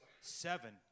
seven